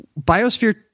Biosphere